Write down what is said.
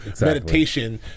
meditation